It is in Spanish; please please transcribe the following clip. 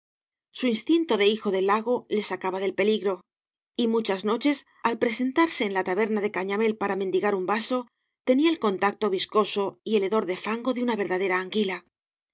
su casa sii instinto de hijo del lago v blasco íbáñeía le sacaba del peligro y muchas noches al presentarse en la taberna de cañamél para mendigar un vaso tenia el contacto viscoso y el hedor de fango de una verdadera anguila